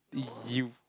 you